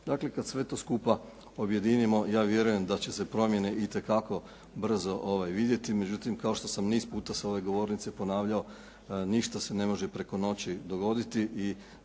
Dakle kad sve to skupa objedinimo ja vjerujem da će se promjene itekako brzo vidjeti međutim kao što sam niz puta s ove govornice ponavljao ništa se ne može preko noći dogoditi